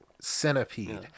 centipede